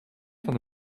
van